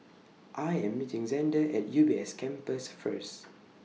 I Am meeting Zander At U B S Campus First